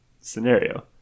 scenario